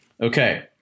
Okay